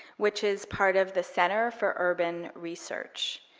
which is part of the center for urban research.